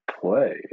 play